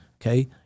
Okay